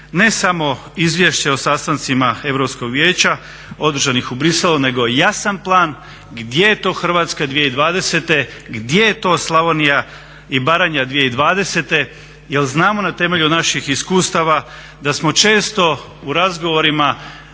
ne samo izvješće o sastancima Europskog vijeća održanih u Bruxellesu nego i jasan plan gdje je to Hrvatska 2020., gdje je to Slavonija i Baranja 2020., jer znamo na temelju naših iskustava da smo često u razgovorima